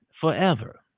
forever